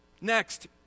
Next